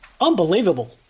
unbelievable